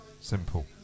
Simple